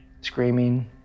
screaming